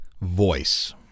voice